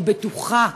אני בטוחה,